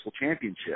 Championship